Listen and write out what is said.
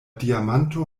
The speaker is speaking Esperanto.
diamanto